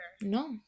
No